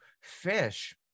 fish